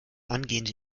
angehende